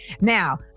Now